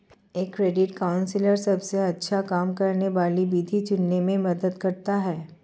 एक credit counsellor सबसे अच्छा काम करने वाली विधि चुनने में मदद करता है